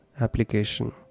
application